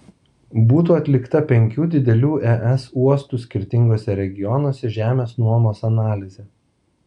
būtų atlikta penkių didelių es uostų skirtinguose regionuose žemės nuomos analizė